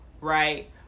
right